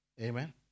Amen